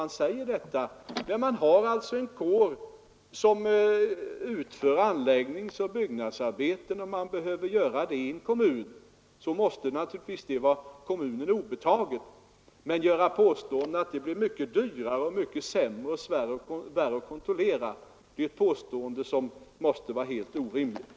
När en kommun har en kår som utför anläggningsoch byggnadsarbeten måste det naturligtvis vara kommunen obetaget att använda den kåren. Att påstå att det blir dyrare och sämre och svårare att kontrollera är helt orimligt.